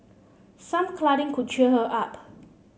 some cuddling could cheer her up